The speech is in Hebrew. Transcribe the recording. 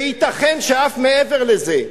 וייתכן שאף מעבר לזה.